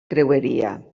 creueria